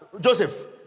Joseph